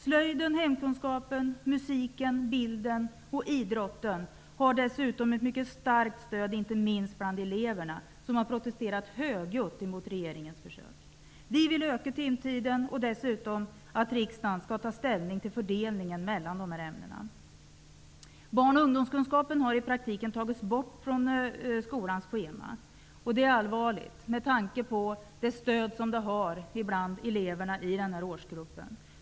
Slöjden, hemkunskapen, musiken, bilden och idrotten har dessutom ett mycket starkt stöd inte minst bland eleverna. De har protesterat högljutt mot regeringens försök att skära ner tiden. Vi vill öka timtiden. Vi vill dessutom att riksdagen skall ta ställning till fördelningen mellan dessa ämnen. Barn och ungdomskunskapen har i praktiken tagits bort från skolans schema. Det är allvarligt med tanke på det stöd som det ämnet har bland eleverna i den åldersgruppen.